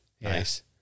Nice